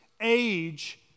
age